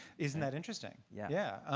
isn't that interesting. yeah.